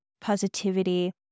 Positivity